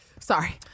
Sorry